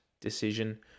decision